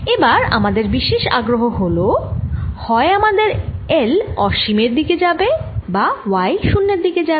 এবার আমাদের বিশেষ আগ্রহ হল হয় আমাদের L অসীমের দিকে যাবে বা y শুন্যের দিকে যাবে